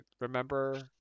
remember